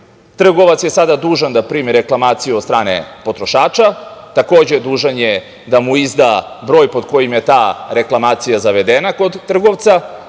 Trgovac je sada dužan da primi reklamaciju od strane potrošača, takođe dužan je da mu izda broj pod kojim je ta reklamacija zavedena kod trgovca. Takođe,